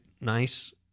nice